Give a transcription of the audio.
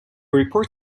report